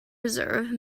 reserve